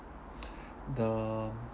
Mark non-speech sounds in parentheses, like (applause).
(noise) the